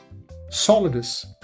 Solidus